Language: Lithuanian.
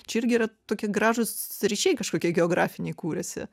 čia irgi yra tokie gražūs ryšiai kažkokie geografiniai kuriasi